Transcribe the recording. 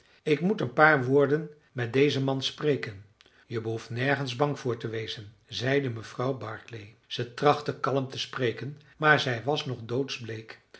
ik moet een paar woorden met dezen man spreken je behoeft nergens bang voor te wezen zeide mevrouw barclay zij trachtte kalm te spreken maar zij was nog